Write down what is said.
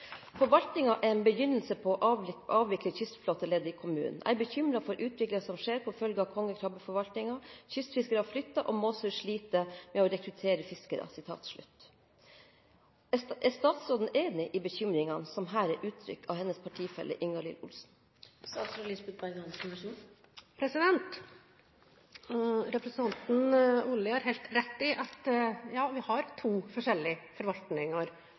er bekymret for utviklingen som skjer som følge av kongekrabbeforvaltningen. Kystfiskere flytter, og Måsøy sliter med å rekruttere fiskere.» Er statsråden enig i bekymringene som her er uttrykt av hennes partifelle Ingalill Olsen? Representanten Olli har helt rett i at vi har to forskjellige forvaltninger